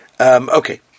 Okay